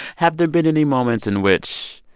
have there been any moments in which